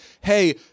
hey